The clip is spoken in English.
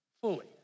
fully